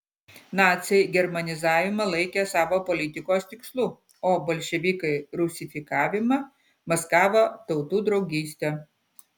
naciai germanizavimą laikė savo politikos tikslu o bolševikai rusifikavimą maskavo tautų draugyste